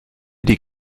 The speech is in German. die